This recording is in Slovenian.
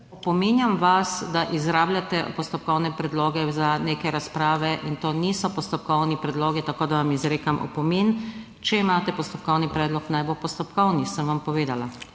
Opominjam vas, da izrabljate postopkovne predloge za neke razprave, in to niso postopkovni predlogi. Tako da vam izrekam opomin. Če imate postopkovni predlog, naj bo postopkovni, sem vam povedala.